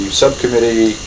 subcommittee